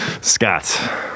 Scott